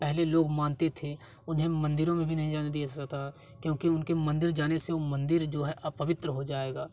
पहले लोग मानते थे उन्हें मंदिरो में भी नहीं जाने दिया जाता था क्योंकि उनके मंदिर जाने से वो मंदिर जो है अपवित्र हो जाएगा